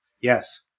Yes